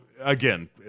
Again